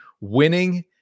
Winning